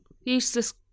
useless